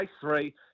three